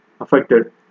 affected